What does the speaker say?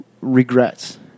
regrets